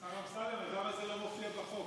השר אמסלם, אז למה זה לא מופיע בחוק?